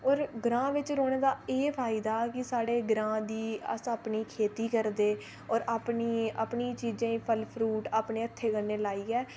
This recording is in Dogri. होर ग्रांऽ बिच रौह्ने दा एह् फायदा कि साढ़े ग्रांऽ दी अस खेती करदे ते अपनी चीज़ें गी फल फ्रूट अपने हत्थें कन्नै लाइयै